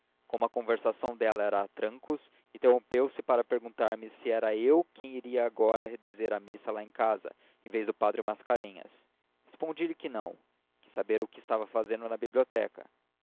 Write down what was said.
como a conversação dela era a troncos interrompeu-se para perguntar-me se era eu quem iria agora dizer missa lá em casa em vez do padre mascarenhas respondi-lhe que não quis saber o que estava fazendo na biblioteca